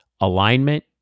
alignment